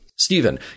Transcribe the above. Stephen